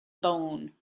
bone